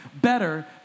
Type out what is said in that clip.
better